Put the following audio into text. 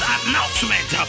announcement